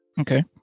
Okay